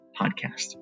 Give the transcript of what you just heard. podcast